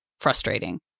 frustrating